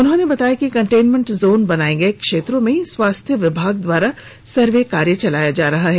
उन्होंने बताया कि कंटेनमेंट जोन बनाए गए क्षेत्रों में स्वास्थ्य विभाग द्वारा सर्वे कार्य चलाया जा रहा है